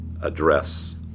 address